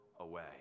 Away